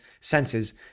senses